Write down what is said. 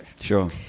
Sure